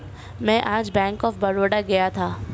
मैं आज bank of Baroda गया था